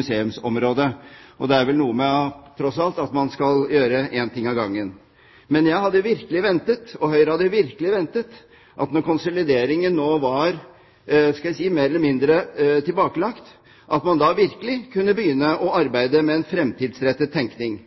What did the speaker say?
museumsområdet. Og det er vel noe med, tross alt, at man skal gjøre én ting av gangen. Men jeg hadde virkelig ventet, og Høyre hadde virkelig ventet, at når konsolideringen nå var – hva skal jeg si – mer eller mindre tilbakelagt, at man da virkelig kunne begynne å arbeide med en fremtidsrettet tenkning.